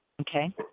Okay